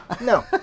No